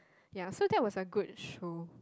ya so that was a good show